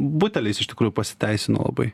buteliais iš tikrųjų pasiteisino labai